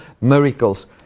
miracles